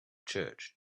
church